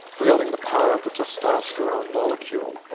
wielding the power of the testosterone molecule.